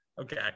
Okay